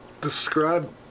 describe